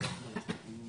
הישיבה ננעלה בשעה 10:22.